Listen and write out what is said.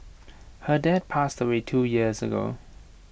her dad passed away two years ago